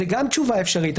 זאת גם תשובה אפשרית,